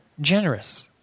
generous